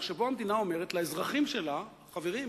שבו המדינה אומרת לאזרחים שלה: חברים,